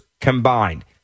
combined